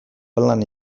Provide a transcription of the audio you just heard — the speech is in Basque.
palan